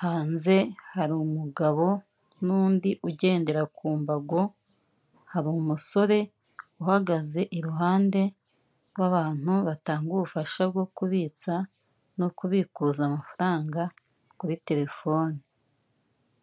hanze hari umugabo n'undi ugendera ku mbago, hari umusore uhagaze iruhande rw'abantu batanga ubufasha bwo kubitsa no kubikuza amafaranga, kuri terefone.